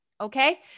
okay